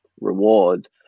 rewards